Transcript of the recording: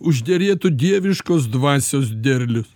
užderėtų dieviškos dvasios derlius